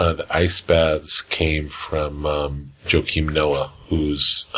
ah the ice baths came from um joachim noah, who's